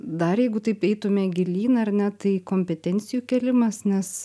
dar jeigu taip eitume gilyn ar ne tai kompetencijų kėlimas nes